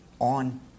on